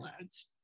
Lads